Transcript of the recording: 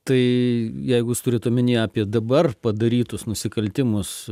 tai jeigu jūs turit omeny apie dabar padarytus nusikaltimus